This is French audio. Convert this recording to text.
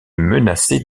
menacer